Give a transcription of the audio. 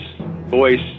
voice